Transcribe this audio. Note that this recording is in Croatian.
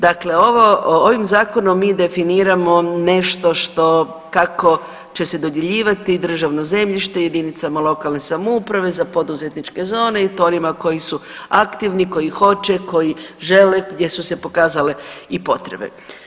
Dakle, ovo, ovim zakonom mi definiramo nešto što kako će se dodjeljivati državno zemljište jedinicama lokalne samouprave za poduzetničke zone i to onima koji su aktivni, koji hoće, koji žele gdje su se pokazale i potrebe.